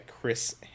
Chris